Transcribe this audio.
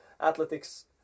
athletics